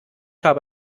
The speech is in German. habe